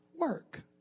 work